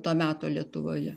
to meto lietuvoje